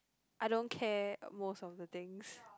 I don't care most of the things